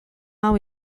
hau